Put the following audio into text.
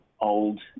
old